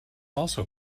also